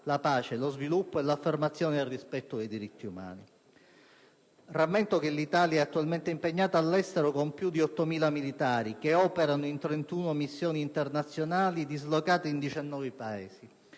la pace, lo sviluppo e l'affermazione ed il rispetto dei diritti umani. Rammento che l'Italia è attualmente impegnata all'estero con più di 8.000 militari, che operano in 31 missioni internazionali dislocate in 19 Paesi.